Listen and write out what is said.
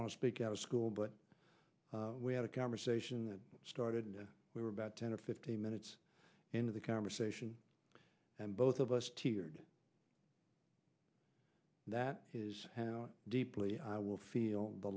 want to speak out of school but we had a conversation started and we were about ten or fifteen minutes into the conversation and both of us teared that his hand out deeply i will feel the